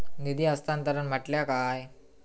निधी हस्तांतरण म्हटल्या काय?